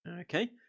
Okay